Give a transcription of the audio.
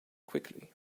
quickly